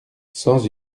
sans